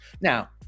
now